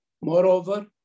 Moreover